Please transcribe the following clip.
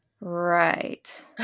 Right